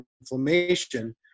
inflammation